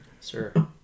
Sir